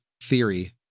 theory